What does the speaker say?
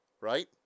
right